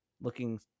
looking